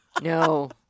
No